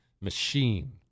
machine